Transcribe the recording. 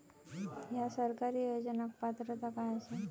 हया सरकारी योजनाक पात्रता काय आसा?